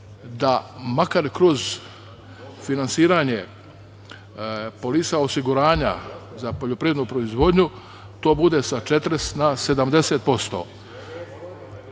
da makar kroz finansiranje polisa osiguranja za poljoprivrednu proizvodnju to bude sa 40% na